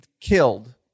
killed